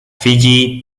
fiyi